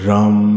Ram